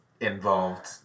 involved